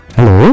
Hello